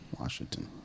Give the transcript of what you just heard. Washington